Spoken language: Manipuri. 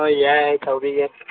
ꯍꯣꯏ ꯌꯥꯏ ꯇꯧꯕꯤꯒꯦ